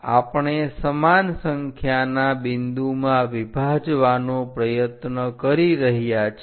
આપણે સમાન સંખ્યાના બિંદુમાં વિભાજવાનો પ્રયત્ન કરી રહ્યા છીએ